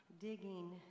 Digging